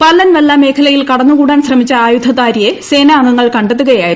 പല്ലൻവല്ല മേഖലയിൽ കടന്നുകൂടാൻ ശ്രമിച്ച ആയുധധാരിയെ സേനാംഗങ്ങൾ കണ്ടെത്തുകയായിരുന്നു